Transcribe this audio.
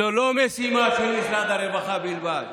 זו לא משימה של משרד הרווחה בלבד,